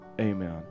Amen